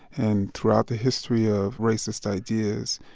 and throughout the history of racist ideas,